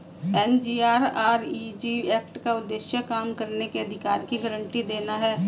MGNREG act का उद्देश्य काम करने के अधिकार की गारंटी देना है